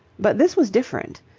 but this was different.